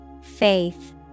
Faith